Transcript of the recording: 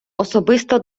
особисто